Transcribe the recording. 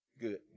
Good